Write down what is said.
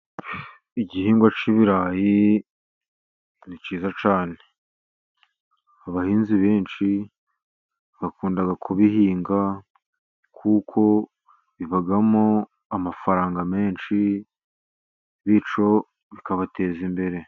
Igihingwa cy'ibirayi ni cyiza cyane. Abahinzi benshi bakunda kubihinga kuko bibamo amafaranga menshi, bityo bikabateza imbere.